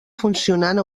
funcionant